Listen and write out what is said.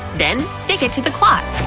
then stick it to the cloth.